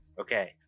Okay